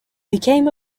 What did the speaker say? became